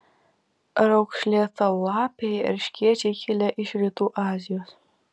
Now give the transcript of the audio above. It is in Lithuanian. raukšlėtalapiai erškėčiai kilę iš rytų azijos